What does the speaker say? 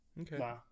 Okay